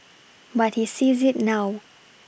but he sees it now